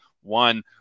one